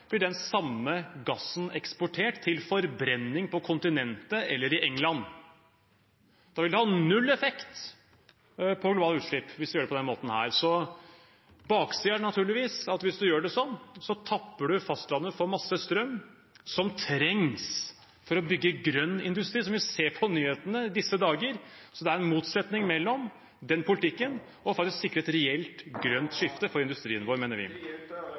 blir den samme gassen eksportert til forbrenning på kontinentet eller i England. Det vil ha null effekt på globale utslipp hvis man gjør det på den måten. Så baksiden er naturligvis at hvis man gjør det sånn, tapper man fastlandet for masse strøm som trengs for å bygge grønn industri – som vi ser på nyhetene i disse dager. Vi mener det er en motsetning mellom den politikken og faktisk å sikre et reelt, grønt skifte for industrien vår.